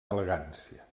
elegància